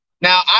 Now